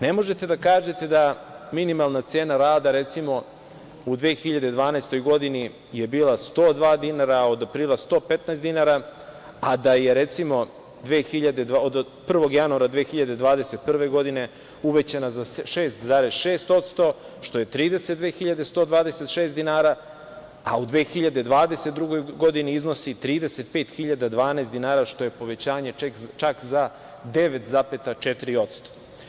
Ne možete da kažete da minimalna cena rada, recimo, u 2012. godini je bila 102 dinara, od aprila 115 dinara, a da je, recimo, od 1. januara 2021. godine uvećana za 6,6%, što je 32.126 dinara, a u 2022. godini iznosi 35.012 dinara, što je povećanje čak za 9,4%